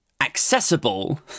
accessible